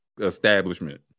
establishment